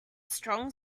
strong